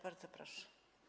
Bardzo proszę.